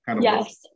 Yes